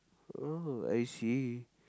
oh I see